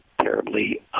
terribly